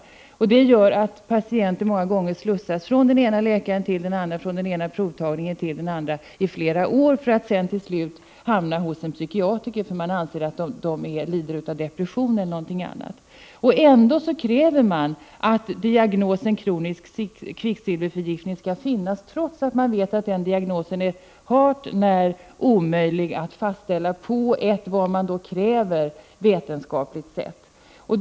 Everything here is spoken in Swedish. Detta leder till att patienter många gånger slussas från den ena läkaren till den andra, från den ena provtagningen till den andra i flera år för att till slut hamna hos en psykiatriker, eftersom patienterna anses lida av depression eller något annat. Det krävs att diagnosen kronisk kvicksilverförgiftning skall kunna ställas trots vetskapen om att den diagnosen är hart när omöjlig att ställa på ett sådant vetenskapligt sätt som krävs.